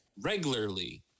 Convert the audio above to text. regularly